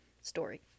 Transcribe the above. Story